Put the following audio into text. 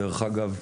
דרך אגב,